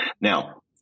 Now